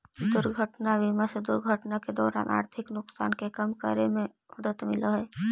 दुर्घटना बीमा से दुर्घटना के दौरान आर्थिक नुकसान के कम करे में मदद मिलऽ हई